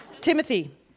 Timothy